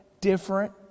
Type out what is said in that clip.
different